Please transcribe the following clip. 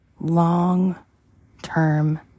long-term